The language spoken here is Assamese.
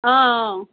অঁ অঁ